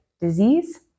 disease